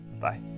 Bye